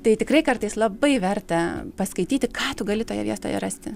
tai tikrai kartais labai verta paskaityti ką tu gali toje vietoje rasti